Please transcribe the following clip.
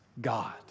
God